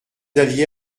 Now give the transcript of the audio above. aviez